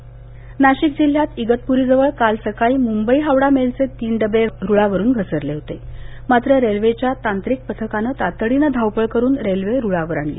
railway Nashik जिल्ह्यात इगतपुरीजवळ आज सकाळी मुंबई हावड़ा मेलचे तीन डबे रूळावरून घसरले होते मात्र रेल्वेच्या तांत्रिक पथकानं तातडीनं धावपळ करून रेल्वे रूळावर आणली